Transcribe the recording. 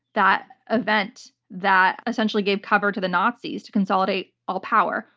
that event that essentially gave cover to the nazis to consolidate all power.